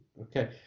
okay